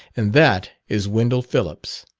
and that is wendell phillips.